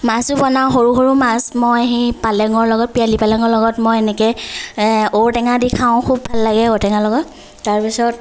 মাছো বনাওঁ সৰু সৰু মাছ মই সেই পালেঙৰ লগত পিৰালি পালেঙৰ লগত মই এনেকে ঔটেঙা দি খাওঁ খুব ভাল লাগে ঔটেঙাৰ লগত তাৰপিছত